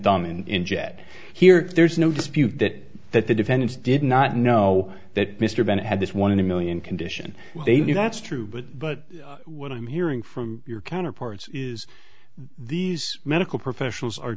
thumb in jett here there's no dispute that that the defense did not know that mr bennett had this one in a million condition they knew that's true but but what i'm hearing from your counterparts is these medical professionals are